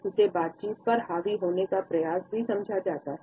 इसे बातचीत पर हावी होने का प्रयास भी समझा जाता है